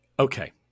Okay